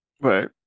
Right